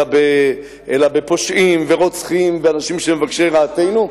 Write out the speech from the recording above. אלא בפושעים ורוצחים ואנשים שמבקשי רעתנו,